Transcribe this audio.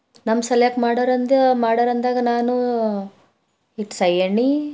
ನಮ್ಮ ಸಲಕ್ಕ ಮಾಡೋರು ಅಂದು ಮಾಡೋರು ಅಂದಾಗ ನಾನು ಹೀಗೆ ಸೈಯ್ಯಾಣಿ